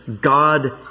God